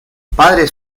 padres